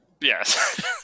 Yes